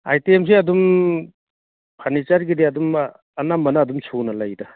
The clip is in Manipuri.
ꯑꯥꯏꯇꯦꯝꯁꯦ ꯑꯗꯨꯝ ꯐꯔꯅꯤꯆꯔꯒꯤꯗꯤ ꯑꯗꯨꯝ ꯑꯅꯝꯕꯅ ꯑꯗꯨꯝ ꯁꯨꯅ ꯂꯩꯗ